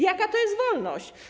Jaka to jest wolność?